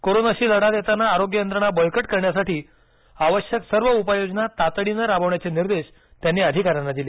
कोरोनाशी लढा देताना आरोग्य यंत्रणा बळकट करण्यासाठी आवश्यक सर्व उपाययोजना तातडीने राबवण्याचे निर्देश त्यांनी अधिकाऱ्यांना दिले